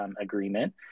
agreement